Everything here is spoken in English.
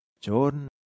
Jordan